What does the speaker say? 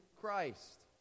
Christ